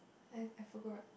I I forgot